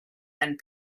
and